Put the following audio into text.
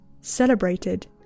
celebrated